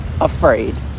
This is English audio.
afraid